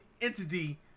entity